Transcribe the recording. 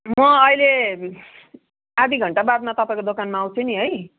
म अहिले आधा घन्टाबादमा तपाईँको दोकानमा आउँछु नि है